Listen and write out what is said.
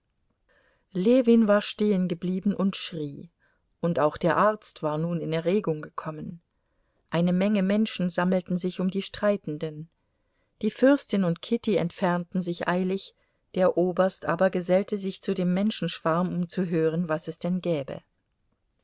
ljewin war stehengeblieben und schrie und auch der arzt war nun in erregung gekommen eine menge menschen sammelten sich um die streitenden die fürstin und kitty entfernten sich eilig der oberst aber gesellte sich zu dem menschenschwarm um zu hören was es denn gäbe